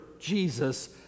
Jesus